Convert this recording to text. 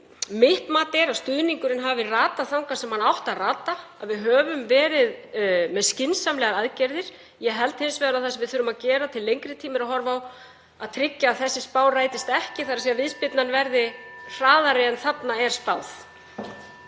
mitt mat er að stuðningurinn hafi ratað þangað sem hann átti að rata. Við höfum verið með skynsamlegar aðgerðir. Ég held hins vegar að það sem við þurfum að gera til lengri tíma og horfa á til að tryggja að þessi spá rætist ekki sé að viðspyrnan verði hraðari en þarna er spáð.